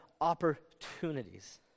opportunities